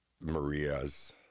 Maria's